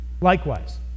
Likewise